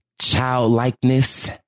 Childlikeness